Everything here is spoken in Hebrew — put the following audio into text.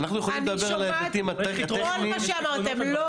אני שומעת כל מה שאמרתם --- אנחנו יכולים לדבר על